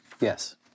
Yes